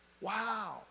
Wow